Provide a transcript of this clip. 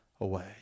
away